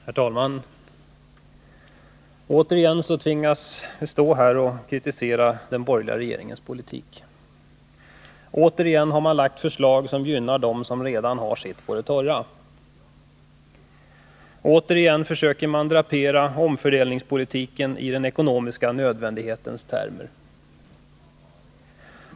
Herr talman! Återigen tvingas jag stå här och kritisera den borgerliga regeringens politik. Återigen har regeringen lagt förslag som gynnar dem som redan har sitt på det torra. Återigen försöker regeringen drapera omfördelningspolitiken i den ekonomiska nödvändighetens termer.